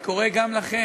אני קורא גם לכם,